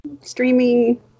streaming